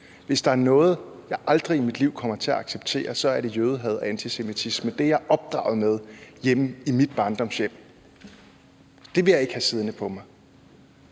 Hvis der er noget, jeg aldrig i mit liv kommer til at acceptere, så er det jødehad og antisemitisme. Det er jeg opdraget med hjemme i mit barndomshjem. Det vil jeg ikke have siddende på mig,